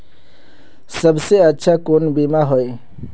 सबसे अच्छा कुन बिमा होय?